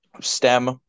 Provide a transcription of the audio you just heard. STEM